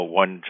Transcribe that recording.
one